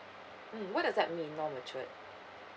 mm what does that mean non matured